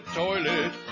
toilet